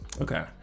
Okay